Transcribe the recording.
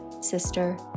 sister